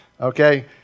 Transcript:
Okay